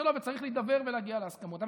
שלו וצריך להידבר ולהגיע להסכמות.